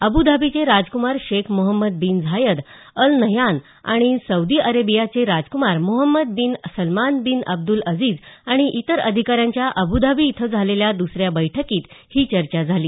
अब्धाबीचे राजक्मार Sheikh Mohammed bin Zayed Al Nahyan आणि Saudi अरेबियाचे राजकूमार Mohammed bin Salman bin Abdul Aziz आणि इतर अधिकाऱ्यांच्या अब्धाबी इथं झालेल्या दुसऱ्या बैठकीत ही चर्चा झाली